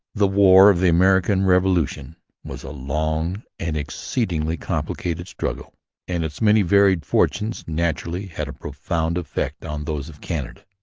the war of the american revolution was a long and exceedingly complicated struggle and its many varied fortunes naturally had a profound effect on those of canada.